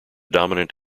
dominant